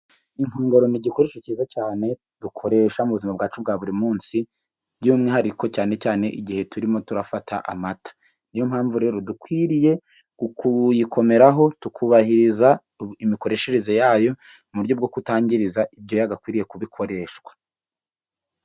Inkongoro ni igikoresho kiza cyane dukoresha mu buzima bwacu bwa buri munsi, by'umwihariko cyane cyane igihe turimo turafata amata, niyo mpamvu rero dukwiriye kuyikomeraho, tukubahiriza imikoreshereze yayo, mu buryo bwo kutangiriza ibyo yagakwiriye kuba ikoreshwa.